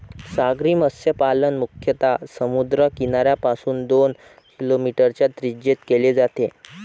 सागरी मत्स्यपालन मुख्यतः समुद्र किनाऱ्यापासून दोन किलोमीटरच्या त्रिज्येत केले जाते